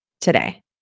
today